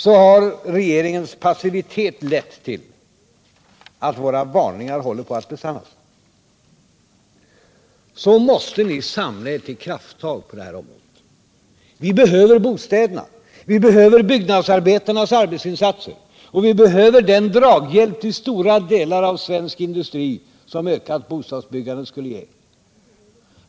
Så har regeringens passivitet lett till att våra varningar håller på att besannas. Nu måste ni samla er till krafttag på det här området. Vi behöver bostäderna. Vi behöver byggnadsarbetarnas arbetsinsatser. Och vi behöver den draghjälp till stora delar av svensk industri som ett ökat bostadsbyggande skulle ge.